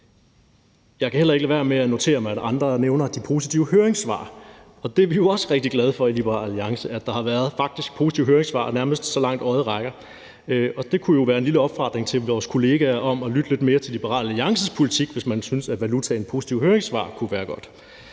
Jeg kan heller ikke lade være med at notere mig, at andre nævner de positive høringssvar, og det er vi jo også rigtig glade for i Liberal Alliance, altså at der faktisk har været positive høringssvar, nærmest så langt øjet rækker. Det kunne jo være en lille opfordring til vores kolleger om at lytte mere til Liberal Alliances politik, hvis man synes, at valutaen positive høringssvar kunne være godt.